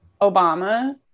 Obama